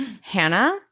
Hannah